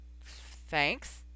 thanks